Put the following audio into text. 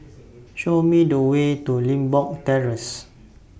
Show Me The Way to Limbok Terrace